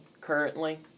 currently